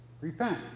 repent